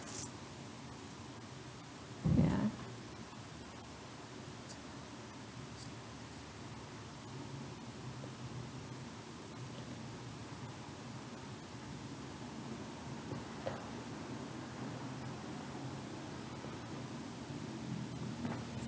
ya